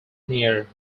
near